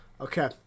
Okay